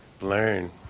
learn